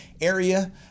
area